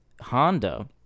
Honda